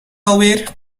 alweer